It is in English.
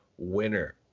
winner